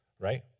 right